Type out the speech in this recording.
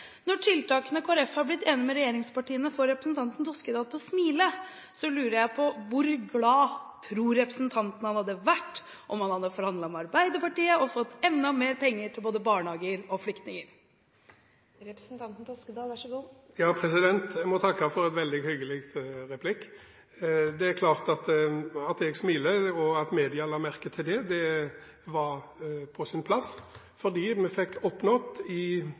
Når de tiltakene Kristelig Folkeparti har blitt enig med regjeringspartiene om, får representanten Toskedal til å smile, lurer jeg på hvor glad representanten tror han hadde vært om han hadde forhandlet med Arbeiderpartiet og fått enda mer penger til både barnehager og flyktninger. Jeg vil takke for en veldig hyggelig replikk. Det er klart at jeg smiler. At media la merke til det, var på sin plass, for vi fikk i samarbeid med Høyre, Fremskrittspartiet og Venstre oppnådd